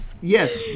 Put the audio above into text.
Yes